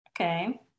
Okay